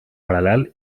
paral·lel